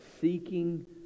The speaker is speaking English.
seeking